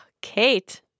Kate